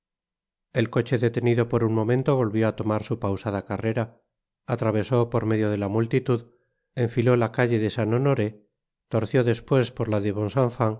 el coche detenido por un momento volvió á tomar su pausada carrera atravesó por medio de la multitud enfiló la calle de saint honoré torció despues por la de